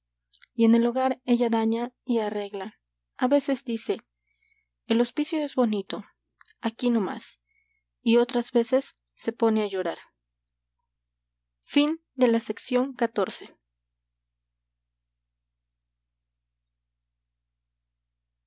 tornasol y en el hogar ella daña y arregla a veces dice el hospicio es bonito aquí no más y otras veces se pone a llorar